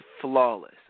Flawless